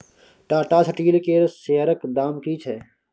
Tata steel केर शेयरक दाम की छै?